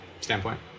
standpoint